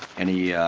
any